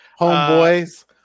homeboys